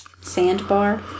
sandbar